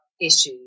issues